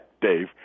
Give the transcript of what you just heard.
Dave